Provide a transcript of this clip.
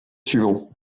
suivant